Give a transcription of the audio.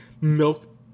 milk